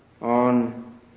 on